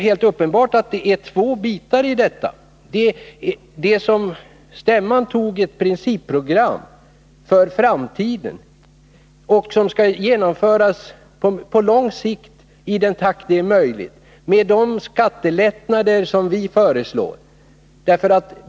Det gäller här två olika saker. Stämman antog ett principprogram för framtiden som skall genomföras på lång sikt, i den takt som är möjlig och med de skattelättnader vi föreslår.